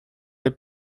les